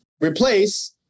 replace